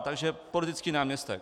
Takže politický náměstek.